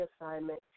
assignment